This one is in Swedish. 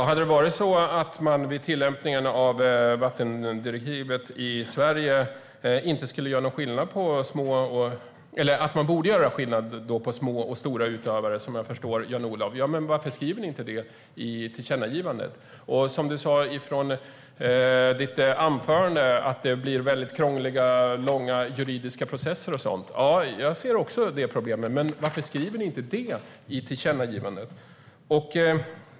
Herr talman! Hade man vid tillämpningen av vattendirektivet i Sverige bort göra skillnad på små och stora utövare - som jag förstår Jan-Olof - varför skriver ni inte det i tillkännagivandet? Du sa i ditt anförande, Jan-Olof, att det blir väldigt krångliga och långa juridiska processer. Jag ser också det problemet, men varför skriver ni inte det i tillkännagivandet?